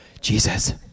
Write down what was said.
Jesus